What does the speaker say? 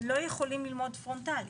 לא יכולים ללמוד פרונטלית.